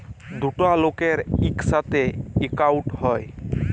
দুটা লকের ইকসাথে একাউল্ট হ্যয়